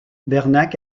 bernac